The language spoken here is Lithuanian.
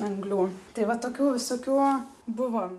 anglių tai va tokių visokių buvo